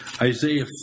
Isaiah